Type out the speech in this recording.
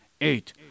Eight